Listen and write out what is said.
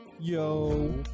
Yo